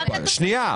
היה כתוב --- שנייה,